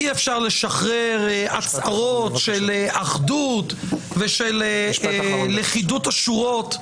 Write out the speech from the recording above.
אי- אפשר לשחרר הצהרות של אחדות ושל לכידות השורות,